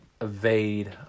evade